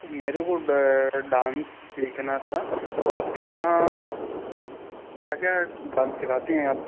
मेरे को ड डांस सीखना था तो आपके यहाँ क्या क्या डांस सिखाती हैं आप